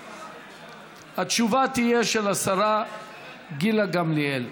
התשובה תהיה של השרה גילה גמליאל.